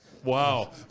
Wow